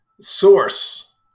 source